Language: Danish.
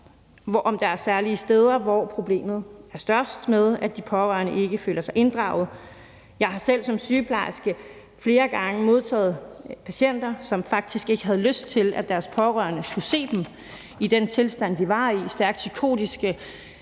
om der er særlige steder, hvor problemet med, at de pårørende ikke føler sig inddraget, er større end andre steder. Jeg har selv som sygeplejerske flere gange modtaget patienter, som faktisk ikke havde lyst til, at deres pårørende skulle se dem i den tilstand, de var i, stærkt psykotiske,